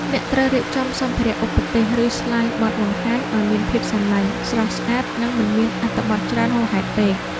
អ្នកត្រូវរៀបចំសម្ភារៈឧបទេស ឬស្លាយបទបង្ហាញ ឱ្យមានភាពសាមញ្ញ ស្រស់ស្អាត និងមិនមានអត្ថបទច្រើនហួសហេតុពេក។